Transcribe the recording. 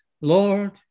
Lord